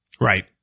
Right